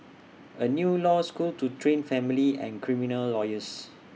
A new law school to train family and criminal lawyers